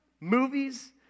movies